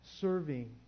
serving